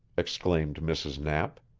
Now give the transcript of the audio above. exclaimed mrs. knapp.